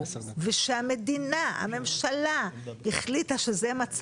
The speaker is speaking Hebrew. אלה שבגינן יהיה ניתן או לא ניתן לקבל אנשים באמצעות ועדת הקבלה.